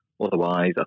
Otherwise